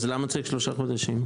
אז למה צריך שלושה חודשים?